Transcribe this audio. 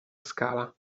scala